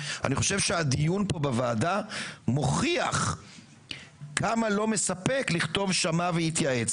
אני חושב שהדיון פה בוועדה מוכיח כמה לא מספק לכתוב "שמע והתייעץ".